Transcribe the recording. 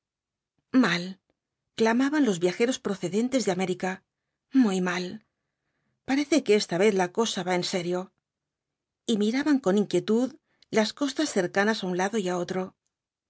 mal clamaban los viajeros procedentes de américa muy mal parece qne esta vez va la cosa en serio y miraban con inquietud las costas cercanas á un lado y á otro